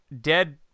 dead